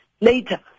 later